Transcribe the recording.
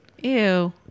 Ew